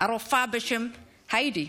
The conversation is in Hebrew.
הרופאה בשם היידי,